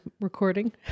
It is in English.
recording